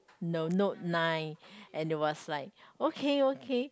no note nine and they was like okay okay